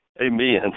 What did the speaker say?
amen